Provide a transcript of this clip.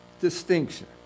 Distinction